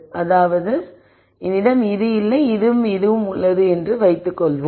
அதாவது என்னிடம் இது இல்லை இதுவும் இதுவும் உள்ளது என்று வைத்துக் கொள்வோம்